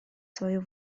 свою